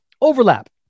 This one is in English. Overlap